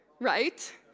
right